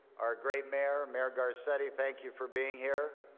our great mayor, mayor garcetti, thank you for being here.